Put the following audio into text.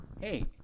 hey